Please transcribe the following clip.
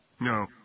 No